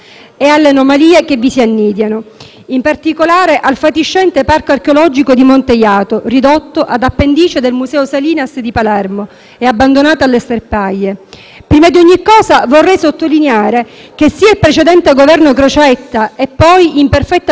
in particolare sul fatiscente Parco archeologico di Monte Jato, ridotto ad appendice del museo Salinas di Palermo e abbandonato alle sterpaglie. Prima di ogni cosa, vorrei sottolineare che sia il precedente Governo Crocetta che poi, in perfetta continuità, quello di Musumeci